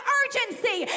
urgency